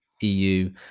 EU